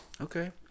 Okay